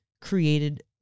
created